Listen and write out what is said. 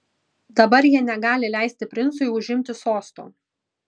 dabar jie negali leisti princui užimti sosto